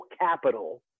capital